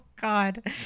God